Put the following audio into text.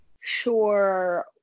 sure